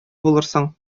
булырсың